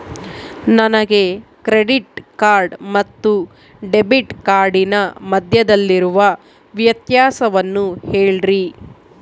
ನನಗೆ credit card ಮತ್ತು debit ಕಾರ್ಡಿನ ಮಧ್ಯದಲ್ಲಿರುವ ವ್ಯತ್ಯಾಸವನ್ನು ಹೇಳ್ರಿ?